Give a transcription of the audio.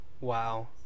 Wow